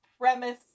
premise